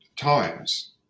times